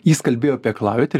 jis kalbėjo apie aklavietę ir